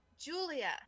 Julia